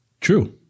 True